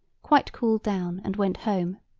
quite cooled down and went home.